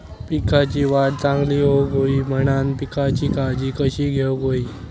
पिकाची वाढ चांगली होऊक होई म्हणान पिकाची काळजी कशी घेऊक होई?